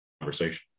conversation